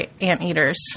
Anteaters